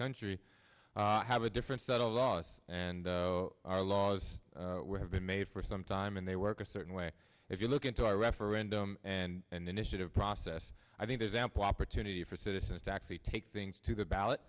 country have a different set of laws and our laws have been made for some time and they work a certain way if you look into our referendum and an initiative process i think there's ample opportunity for citizens to actually take things to the